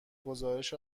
گزارش